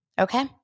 okay